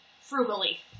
frugally